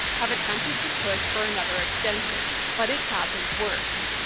have attempted to push for another extension, but it hasn't worked.